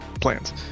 plans